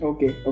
Okay